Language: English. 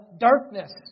darkness